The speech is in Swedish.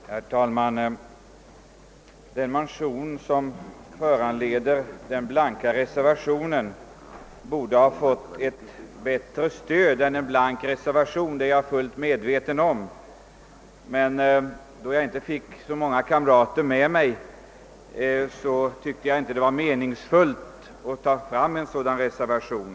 Herr talman! Det motionspar som föranlett den blanka reservationen borde ha fått ett bättre stöd än en blank reservation — det är jag fullt medveten om. Men då jag inte fick så många kamrater med mig tyckte jag inte det var meningsfullt att skriva en motiverad reservation.